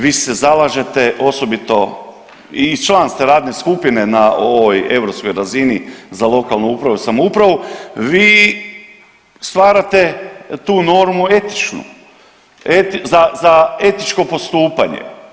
Vi se zalažete osobito i član ste radne skupine na ovoj europskoj razini za lokalnu upravu i samoupravu, vi stvarate tu normu etičnu za etičko postupanje.